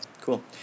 cool